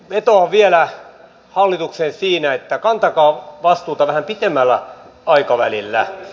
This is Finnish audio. vetoan vielä hallitukseen siinä että kantakaa vastuuta vähän pitemmällä aikavälillä